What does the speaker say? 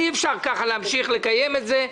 אי-אפשר ככה להמשיך לקיים את זה.